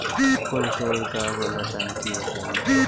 Cold storage का होला तनि बताई?